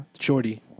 Shorty